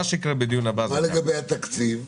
מה לגבי גובה התקציב?